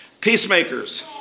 Peacemakers